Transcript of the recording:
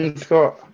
Scott